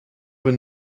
when